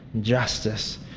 justice